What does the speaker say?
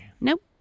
Nope